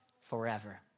Forever